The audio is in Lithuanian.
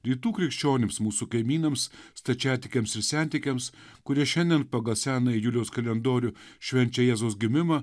rytų krikščionims mūsų kaimynams stačiatikiams ir sentikiams kurie šiandien pagal senąjį julijaus kalendorių švenčia jėzaus gimimą